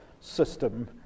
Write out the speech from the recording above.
system